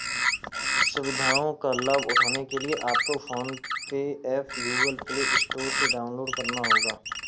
सुविधाओं का लाभ उठाने के लिए आपको फोन पे एप गूगल प्ले स्टोर से डाउनलोड करना होगा